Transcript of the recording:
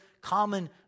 common